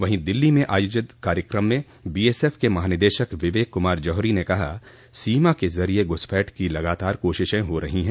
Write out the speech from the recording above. वहीं दिल्ली में आयोजित कार्यकम में बीएसएफ के महानिदेशक विवेक कुमार जौहरी ने कहा सीमा के जरिए घूसपैठ की लगातार कोशिशें हो रही हैं